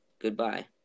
Goodbye